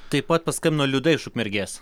taip pat paskambino liuda iš ukmergės